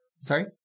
sorry